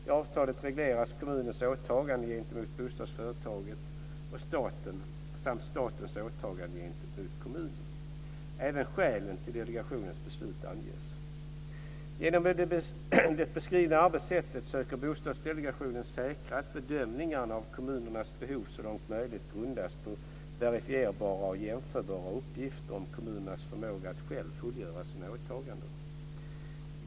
I avtalet regleras kommunens åtaganden gentemot bostadsföretaget och staten samt statens åtaganden gentemot kommunen. Även skälen till delegationens beslut anges. Genom det beskrivna arbetssättet söker Bostadsdelegationen säkra att bedömningarna av kommunernas behov så långt möjligt grundas på verifierbara och jämförbara uppgifter om kommunernas förmåga att själva fullgöra sina åtaganden.